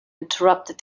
interrupted